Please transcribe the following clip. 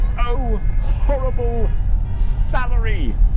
o horrible salary!